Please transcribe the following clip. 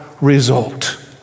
result